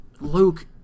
Luke